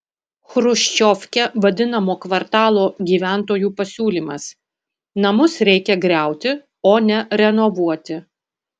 chruščiovke vadinamo kvartalo gyventojų pasiūlymas namus reikia griauti o ne renovuoti